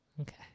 Okay